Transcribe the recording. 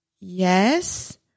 yes